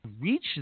reach